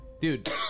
Dude